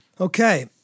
Okay